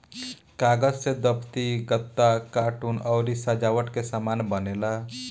कागज से दफ्ती, गत्ता, कार्टून अउरी सजावट के सामान बनेला